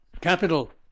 capital